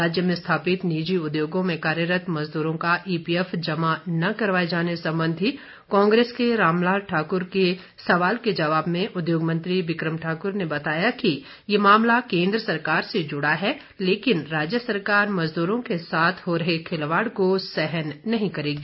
राज्य में स्थापित निजी उद्योगों में कार्यरत मजदूरों का ईपीएफ जमा न करवाए जाने संबंधी कांग्रेस के रामलाल ठाकुर के सवाल के जवाब में उद्योग मंत्री बिक्रम ठाकुर ने बताया कि यह मामला केंद्र सरकार से जुड़ा है लेकिन राज्य सरकार मजदूरो के साथ हो रहे खिलवाड़ को सहन नहीं करेगी